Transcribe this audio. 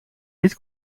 niet